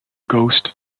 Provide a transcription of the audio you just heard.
ghost